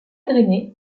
drainés